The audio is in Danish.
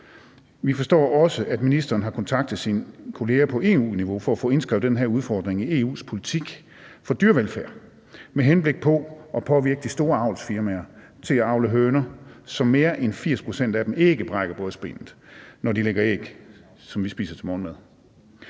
Vi forstår også, at ministeren har kontaktet sine kolleger på EU-niveau for at få indskrevet den her udfordring i EU's politik for dyrevelfærd med henblik på at påvirke de store avlsfirmaer til at avle høner, så mere end 80 pct. af dem ikke brækker brystbenet, når de lægger æg, som vi spiser til morgenmad.